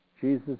Jesus